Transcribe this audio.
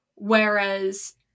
whereas